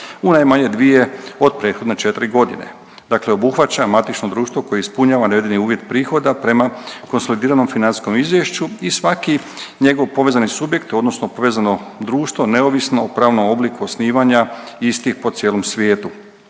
u najmanje 2 od prethodne 4 godine. Dakle obuhvaća matično društvo koje ispunjava navedeni uvjet prihoda prema konsolidiranom financijskom izvješću i svaki njegov povezani subjekt odnosno povezano društvo neovisno o pravnom obliku osnivanja isti po cijelom svijetu.